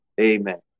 amen